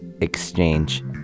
Exchange